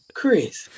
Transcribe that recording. Chris